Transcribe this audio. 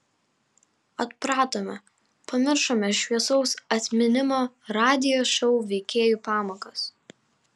atpratome pamiršome šviesaus atminimo radijo šou veikėjų pamokas